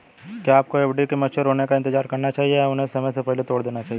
क्या आपको एफ.डी के मैच्योर होने का इंतज़ार करना चाहिए या उन्हें समय से पहले तोड़ देना चाहिए?